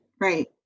right